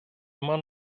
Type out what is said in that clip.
immer